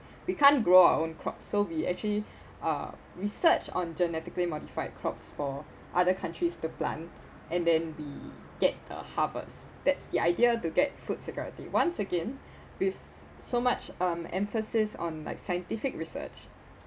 we can't grow our own crops so we actually uh research on genetically modified crops for other countries to plant and then we get the harvest that's the idea to get food security once again with so much um emphasis on like scientific research